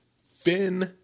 Finn